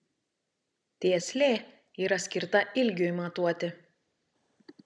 tieslė yra skirta ilgiui matuoti